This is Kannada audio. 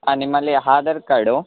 ಹಾಂ ನಿಮ್ಮಲ್ಲಿ ಆಧಾರ್ ಕಾರ್ಡು